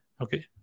Okay